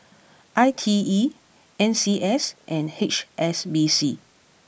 I T E N C S and H S B C